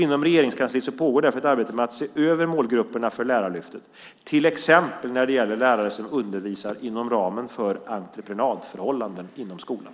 Inom Regeringskansliet pågår därför ett arbete med att se över målgrupperna för Lärarlyftet, till exempel när det gäller lärare som undervisar inom ramen för entreprenadförhållanden inom skolan.